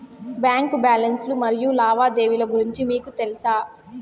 Bank balance లు మరియు లావాదేవీలు గురించి మీకు తెల్సా?